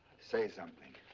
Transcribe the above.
say something.